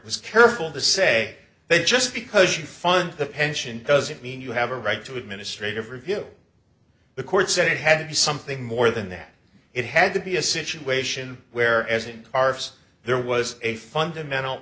was careful to say they just because you find the pension doesn't mean you have a right to administrative review the court said it had to be something more than that it had to be a situation where as an arse there was a fundamental